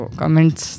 comments